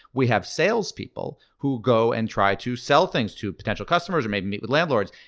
we have sales people who go and try to sell things to potential customers and meet with landlords,